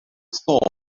thought